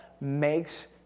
makes